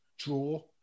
Draw